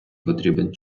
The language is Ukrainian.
потрібен